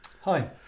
hi